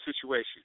situation